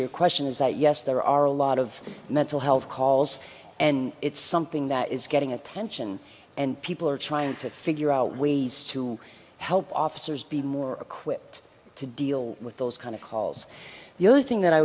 your question is that yes there are a lot of mental health calls and it's something that is getting attention and people are trying to figure out ways to help officers be more equipped to deal with those kind of calls the only thing that i